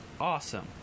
Awesome